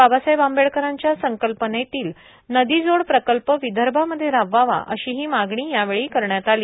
बाबासाहेब आंबेडकराच्या संकल्पनेतील नदीजोड प्रकल्प विदर्भामध्ये राबवावा अशीही मागणी यावेळी करण्यात आली